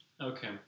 Okay